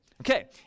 Okay